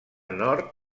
nord